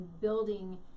building